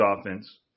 offense